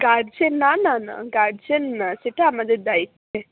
guardian না না না গার্জেন না সেটা আমাদের দায়িত্বে